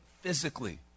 physically